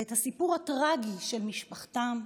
ואת הסיפור הטרגי של משפחתם,